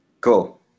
Cool